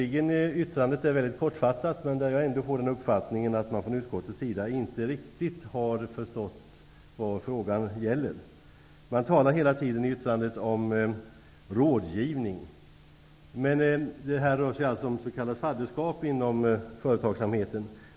Yttrandet över motionen är mycket kortfattat, men jag får ändå intrycket att utskottet inte riktigt har förstått vad frågan gäller. I utskottets skrivning återkommer man hela tiden till begreppet rådgivning, men det rör sig här i stället om s.k. fadderskap inom företagsamheten.